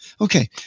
Okay